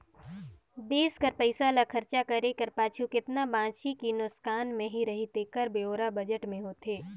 देस कर पइसा ल खरचा करे कर पाछू केतना बांचही कि नोसकान में रही तेकर ब्योरा बजट में होथे